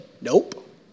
Nope